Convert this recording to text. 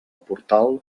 portal